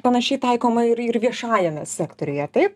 panašiai taikoma ir ir viešajame sektoriuje taip